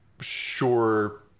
sure